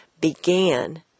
began